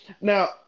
Now